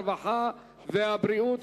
הרווחה והבריאות,